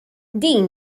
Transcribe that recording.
din